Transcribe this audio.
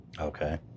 Okay